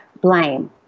blame